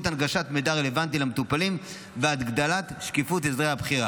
הנגשת מידע רלוונטי למטופלים והגדלת שקיפות הסדרי הבחירה,